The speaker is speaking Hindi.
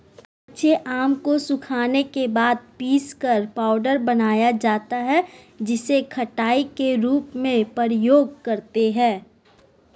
कच्चे आम को सुखाने के बाद पीसकर पाउडर बनाया जाता है जिसे खटाई के रूप में प्रयोग करते है